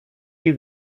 die